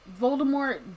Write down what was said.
Voldemort